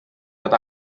dod